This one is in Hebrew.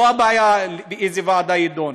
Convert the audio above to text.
לא הבעיה איזו ועדה תדון.